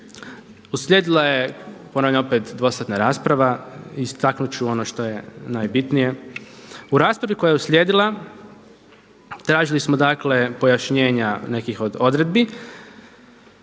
Uslijedila je ponavljam opet dvosatna rasprava. Istaknut ću ono što je najbitnije. U raspravi koja je uslijedila tražili smo, dakle pojašnjenja nekih od odredbi.